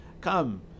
Come